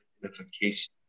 identification